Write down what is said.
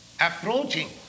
approaching